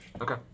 Okay